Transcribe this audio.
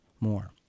more